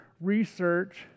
research